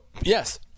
yes